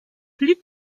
plus